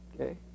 okay